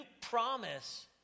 promise